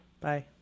Bye